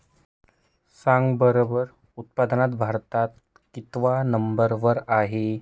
सांगा बरं रबर उत्पादनात भारत कितव्या नंबर वर आहे?